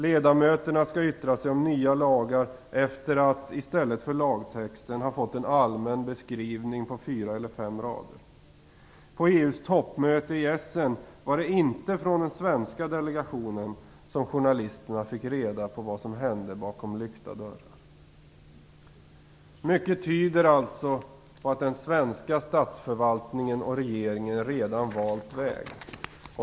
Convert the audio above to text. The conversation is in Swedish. Ledamöterna skall yttra sig om nya lagar efter att ha fått en allmän beskrivning på fyra eller fem rader i stället för lagtexten. På EU:s toppmöte i Essen var det inte från den svenska delegationen som journalisterna fick reda på vad som hände bakom lyckta dörrar. Mycket tyder alltså på att den svenska statsförvaltningen och regeringen redan valt väg.